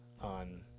on